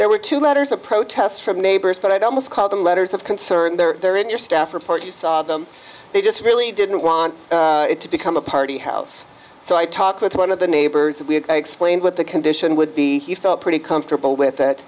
there were two letters of protest from neighbors but i'd almost call them letters of concern there in your staff report you saw them they just really didn't want it to become a party house so i talked with one of the neighbors that we had explained what the condition would be you felt pretty comfortable with